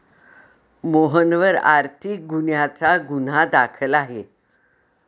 मोहनवर आर्थिक गुन्ह्याचा गुन्हा दाखल आहे